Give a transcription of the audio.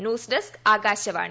news desk Akashvani